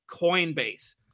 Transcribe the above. Coinbase